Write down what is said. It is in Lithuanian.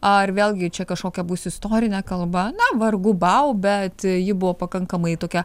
ar vėlgi čia kažkokia bus istorinė kalba na vargu bau bet ji buvo pakankamai tokia